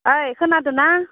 ओइ खोनादोना